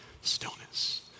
stillness